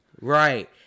Right